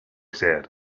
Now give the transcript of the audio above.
said